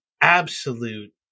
absolute